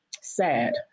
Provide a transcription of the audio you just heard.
sad